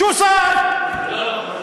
זה לא נכון.